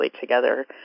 together